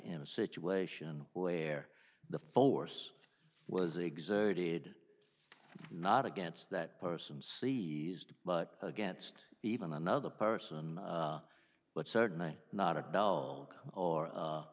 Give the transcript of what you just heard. in a situation where the force was exerted not against that person seized but against even another person but certainly not a doll or